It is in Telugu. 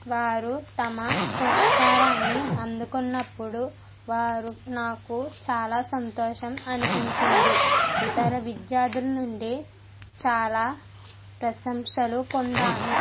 వారు తమ పురస్కారాన్ని అందుకున్నప్పుడు వారు నాకు చాలా సంతోషం అనిపించింది ఇతర విద్యార్థుల నుండి చాలా ప్రశంసలు పొందాను